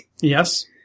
Yes